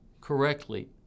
correctly